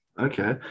Okay